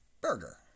burger